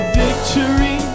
victory